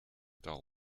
dull